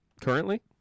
currently